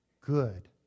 good